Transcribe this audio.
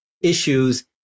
issues